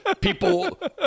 people